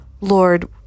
Lord